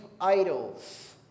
idols